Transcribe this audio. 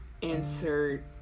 insert